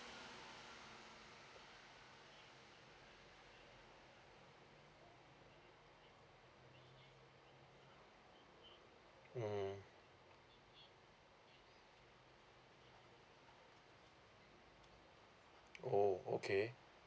mm oh okay